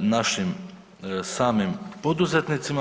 našim samim poduzetnicima.